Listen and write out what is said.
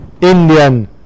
Indian